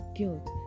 guilt